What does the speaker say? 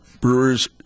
Brewers